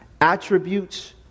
attributes